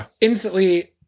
instantly